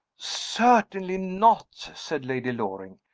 certainly not! said lady loring.